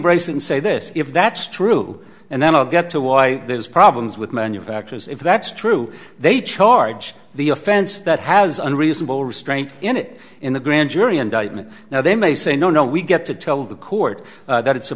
embracing say this if that's true and then i'll get to why there's problems with manufacturers if that's true they charge the offense that has an reasonable restraint in it in the grand jury indictment now they may say no no we get to tell the court that it's a